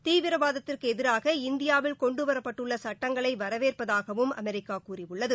தீவிரவாதத்திற்கு எதிராக இந்தியாவில் கொண்டுவரப்பட்டுள்ள சட்டங்களை வரவேற்பதாகவும் அமெரிக்கா கூறியுள்ளது